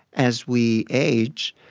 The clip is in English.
as we age,